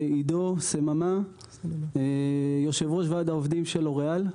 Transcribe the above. אני עידו סממה, יושב ראש וועד העובדים של לוריאל,